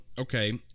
okay